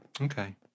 Okay